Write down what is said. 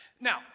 Now